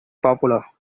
popular